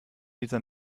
dieser